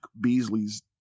Beasley's